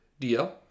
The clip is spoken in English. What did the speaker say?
DL